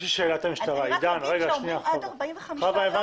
אם אומרים עד 45 ימים